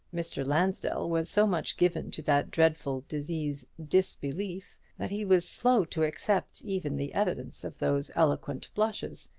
mr. lansdell was so much given to that dreadful disease, disbelief, that he was slow to accept even the evidence of those eloquent blushes,